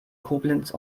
koblenz